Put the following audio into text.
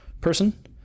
person